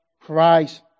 Christ